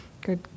Good